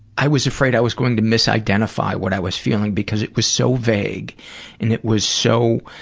i was afraid i was going to misidentify what i was feeling because it was so vague and it was so,